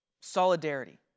solidarity